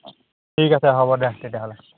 ঠিক আছে হ'ব দে তেতিয়াহ'লে